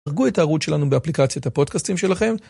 דרגו את הערוץ שלנו באפליקציית הפודקסטים שלכם.